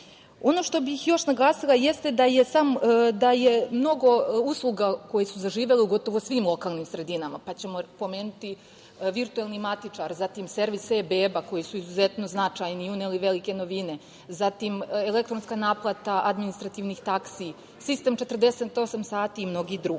što bih još naglasila jeste da je mnogo usluga koje su zaživele u gotovo svim lokalnim sredinama – virtuelni matičar, servis e-beba, koji su izuzetno značajni i uneli velike novine, elektronska naplata administrativnih taksi, sistem 48 sati i mnogi drugi.U